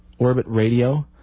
orbitradio